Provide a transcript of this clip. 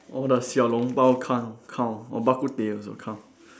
all the 小笼包 can't count or bak-kut-teh also count